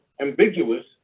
ambiguous